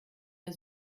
der